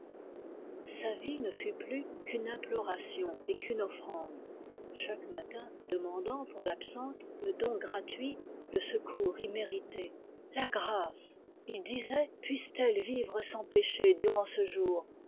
sa vie ne fut plus qu'une imploration et qu'une offrande chaque matin demandant pour l'absente le don gratuit le secours immérité la grâce il disait puisse-t-elle vivre sans péché durant ce jour